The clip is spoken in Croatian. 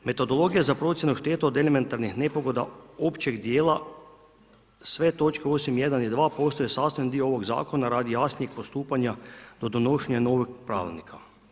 Metodologija za procjenu šteta od elementarnih nepogoda općeg dijela, sve točke osim 1. i 2. postaju sastavni dio ovog Zakona radi jasnijeg postupanja do donošenja novog pravilnika.